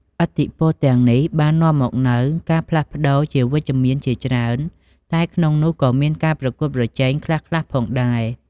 ឥទ្ធិពលទាំងនេះបាននាំមកនូវការផ្លាស់ប្ដូរជាវិជ្ជមានជាច្រើន តែក្នុងនោះក៏មានការប្រកួតប្រជែងខ្លះៗផងដែរ។